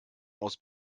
aus